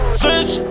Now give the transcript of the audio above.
switch